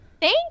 Thank